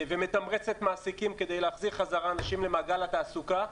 ומתמרצת מעסיקים כדי להחזיר חזרה אנשים למעגל התעסוקה.